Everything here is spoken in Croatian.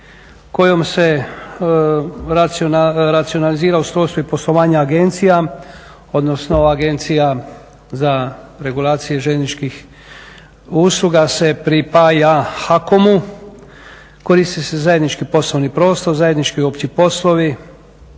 kojom se racionalizira ustrojstvo i poslovanje agencija, odnosno Agencija za regulacije željezničkih usluga se pripaja Hakomu. Koristi se zajednički poslovni prostor, zajednički opći poslovi,